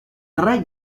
tre